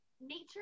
nature